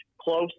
close